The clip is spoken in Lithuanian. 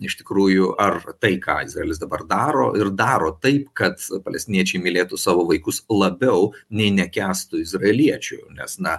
iš tikrųjų ar tai ką dalis dabar daro ir daro taip kad palestiniečiai mylėtų savo vaikus labiau nei nekęstų izraeliečių nes na